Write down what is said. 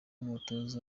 n’umutoza